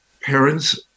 parents